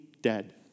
dead